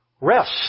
Rest